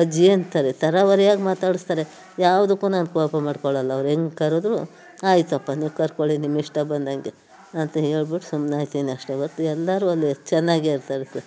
ಅಜ್ಜಿ ಅಂತಾರೆ ಥರಾವರಿಯಾಗಿ ಮಾತಾಡಿಸ್ತಾರೆ ಯಾವುದಕ್ಕೂ ನಾನು ಕೋಪ ಮಾಡಿಕೊಳ್ಳಲ್ಲ ಅವ್ರು ಹೆಂಗೆ ಕರೆದ್ರು ಆಯ್ತಪ್ಪ ನೀವು ಕರ್ಕೊಳ್ಳಿ ನಿಮ್ಮಿಷ್ಟ ಬಂದಂತೆ ಅಂತ ಹೇಳ್ಬಿಟ್ಟು ಸುಮ್ಮನಾಗ್ತೀನಿ ಅಷ್ಟೇ ಮತ್ತು ಎಲ್ಲರೂ ಅಲ್ಲಿ ಚೆನ್ನಾಗಿರ್ತಾರೆ ಸರ್